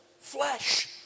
flesh